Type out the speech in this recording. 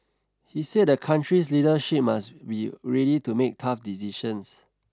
he said the country's leadership must be ready to make tough decisions